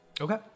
Okay